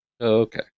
Okay